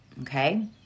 okay